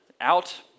out